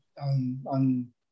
on